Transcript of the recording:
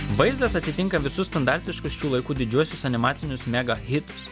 vaizdas atitinka visus standartiškus šių laikų didžiuosius animacinius mega hitus